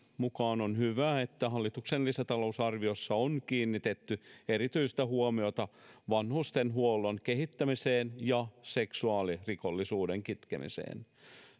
mukaan on hyvä että hallituksen lisätalousarviossa on kiinnitetty erityistä huomiota vanhustenhuollon kehittämiseen ja seksuaalirikollisuuden kitkemiseen